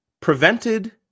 prevented